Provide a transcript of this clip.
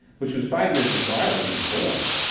which was five years before i was even born,